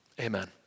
Amen